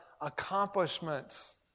accomplishments